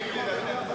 ציניות.